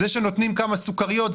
זה שנותנים כמה סוכריות,